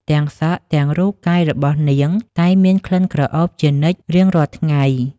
ទាំងសក់ទាំងរូបកាយរបស់នាង តែងមានក្លិនក្រអូបជានិច្ចរៀងរាល់ថ្ងៃ។